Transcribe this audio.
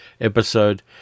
episode